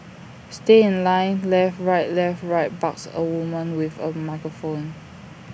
stay in line left right left right barks A woman with A microphone